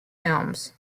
films